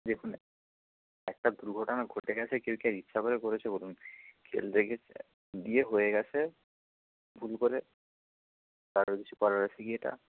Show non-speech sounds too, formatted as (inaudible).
দেখুন একটা দুর্ঘটনা ঘটে গেছে কেউ কি আর ইচ্ছা করে করেছে বলুন খেলতে (unintelligible) দিয়ে হয়ে গেছে ভুল করে কারোর কিছু করার আছে কি এটা